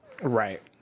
Right